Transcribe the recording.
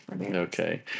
Okay